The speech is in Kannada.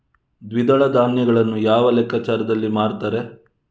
ದ್ವಿದಳ ಧಾನ್ಯಗಳನ್ನು ಯಾವ ಲೆಕ್ಕಾಚಾರದಲ್ಲಿ ಮಾರ್ತಾರೆ?